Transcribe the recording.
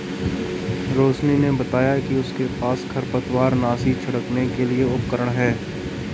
रोशिनी ने बताया कि उसके पास खरपतवारनाशी छिड़कने के लिए उपकरण है